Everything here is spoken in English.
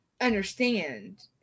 understand